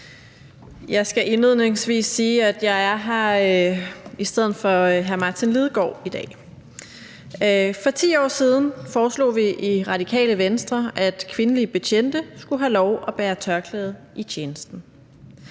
Jeg skal indledningsvis sige, at jeg er her i stedet for hr. Martin Lidegaard i dag. For 10 år siden foreslog vi i Radikale Venstre, at kvindelige betjente skulle have lov at bære tørklæde i tjenesten.